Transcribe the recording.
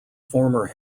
former